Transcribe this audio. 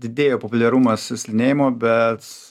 didėjo populiarumas slidinėjimo bet